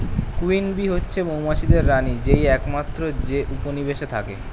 queen bee হচ্ছে মৌমাছিদের রানী যেই একমাত্র যে উপনিবেশে থাকে